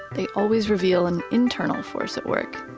they always reveal an internal force at work,